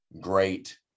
great